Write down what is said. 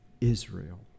Israel